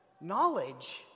Knowledge